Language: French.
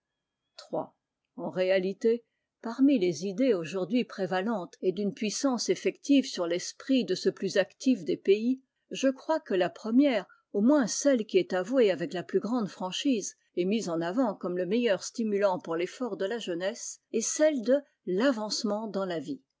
iii en réalité parmi les idées aujourd'hui prévalentes et d'unepuissance effective sur l'esprit de ce plus actif des pays je crois que la première au moins celle qui est avouée avec la plus grande franchise et mise en avant comme le meilleur stimulant pour l'effort de la jeunesse est celle de l'avancement dans la vie